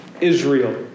Israel